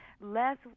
less